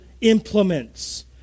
implements